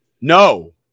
no